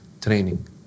training